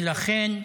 ולכן,